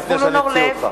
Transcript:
שב, לפני שאני אוציא אותך.